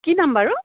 কি নাম বাৰু